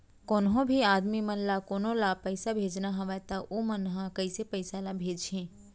कोन्हों भी आदमी मन ला कोनो ला पइसा भेजना हवय त उ मन ह कइसे पइसा ला भेजही?